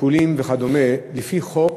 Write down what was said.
עיקולים וכדומה, לפי חוק